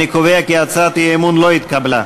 אני קובע כי הצעת האי-אמון לא התקבלה.